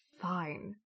fine